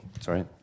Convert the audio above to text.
sorry